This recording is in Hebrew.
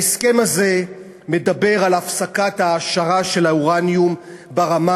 ההסכם הזה מדבר על הפסקת ההעשרה של האורניום ברמה